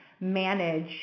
manage